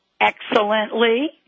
Excellently